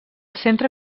centre